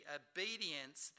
obedience